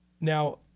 Now